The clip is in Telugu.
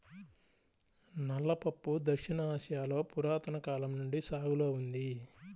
నల్ల పప్పు దక్షిణ ఆసియాలో పురాతన కాలం నుండి సాగులో ఉంది